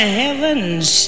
heaven's